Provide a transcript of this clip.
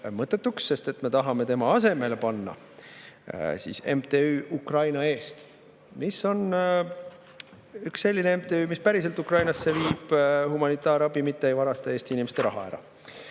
mõttetuks, sest me tahame [selle MTÜ] asemele panna MTÜ Ukraina Eest, mis on selline MTÜ, mis päriselt viib Ukrainasse humanitaarabi, mitte ei varasta Eesti inimeste raha ära.